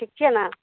ठीक छियै ने